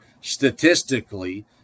Statistically